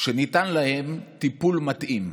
שניתן להם טיפול מתאים.